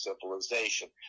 civilization